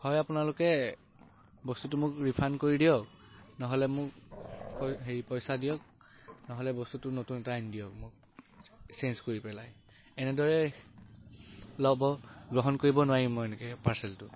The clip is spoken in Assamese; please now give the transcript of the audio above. হয় আপোনালোকে বস্তুটো মোক ৰিফাণ্ড কৰি দিয়ক নহ'লে মোক হেৰি পইচা দিয়ক নহ'লে বস্তুটো নতুন এটা আনি দিয়ক মোক চেইঞ্জ কৰি পেলাই এনেদৰে ল'ব গ্ৰহণন কৰিব নোৱাৰিম নই এনেদৰে পাৰ্চেলটো